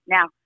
Now